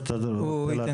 או שאתה רוצה שהוא יתחיל?